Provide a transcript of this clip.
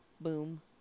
Boom